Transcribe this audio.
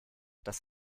dass